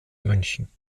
münchen